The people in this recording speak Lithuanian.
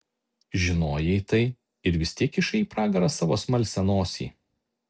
žinojai tai ir vis tiek kišai į pragarą savo smalsią nosį